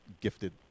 gifted